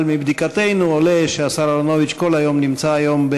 אבל מבדיקתנו עולה שהשר אהרונוביץ נמצא היום,